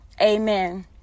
Amen